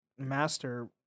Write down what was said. Master